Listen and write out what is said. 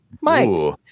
Mike